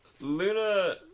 Luna